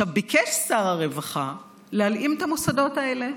ביקש שר הרווחה להלאים את המוסדות האלה,